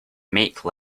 make